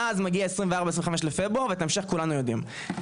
ואז מגיע 24-25 לפברואר ואת ההמשך כולנו יודעים.